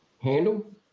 handle